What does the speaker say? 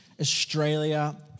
Australia